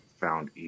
found